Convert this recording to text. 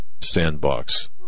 sandbox